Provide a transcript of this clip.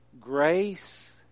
grace